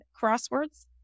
crosswords